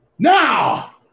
Now